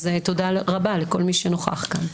אז תודה רבה לכל מי שנוכח כאן.